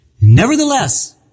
Nevertheless